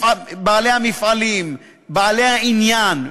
בעלי המפעלים, בעלי העניין.